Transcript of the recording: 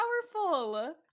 powerful